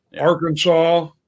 Arkansas